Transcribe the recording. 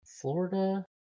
Florida